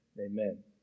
Amen